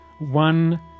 one